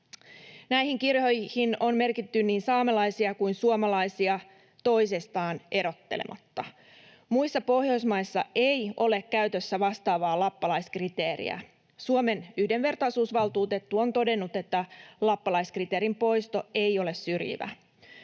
Näihin kirjoihin on merkitty niin saamelaisia kuin suomalaisia toisistaan erottelematta. Muissa Pohjoismaissa ei ole käytössä vastaavaa lappalaiskriteeriä. Suomen yhdenvertaisuusvaltuutettu on todennut, että lappalaiskriteerin poisto ei ole syrjivä.